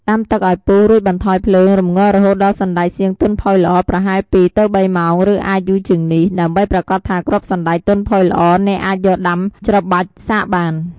ដាំទឹកឱ្យពុះ រួចបន្ថយភ្លើង រម្ងាស់រហូតដល់សណ្ដែកសៀងទន់ផុយល្អ ប្រហែល ២ ទៅ ៣ ម៉ោង ឬអាចយូរជាងនេះ ដើម្បីប្រាកដថាគ្រាប់សណ្ដែកទន់ផុយល្អ អ្នកអាចយកដៃច្របាច់សាកបាន។